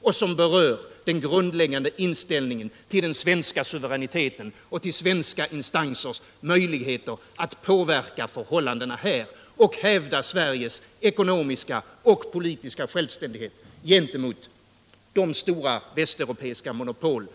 Här gäller det den grundläggande inställningen till den svenska suveräniteten och till svenska instansers möjligheter att påverka förhållandena i vårt land och hävda Sveriges ekonomiska och poliuska självständighet gentemot de stora västeuropeiska monopolen.